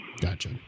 gotcha